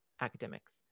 academics